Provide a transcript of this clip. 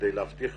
כדי להבטיח